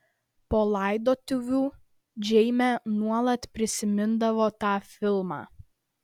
po laidotuvių džeinė nuolat prisimindavo tą filmą